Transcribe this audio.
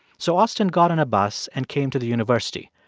so austin got on a bus and came to the university.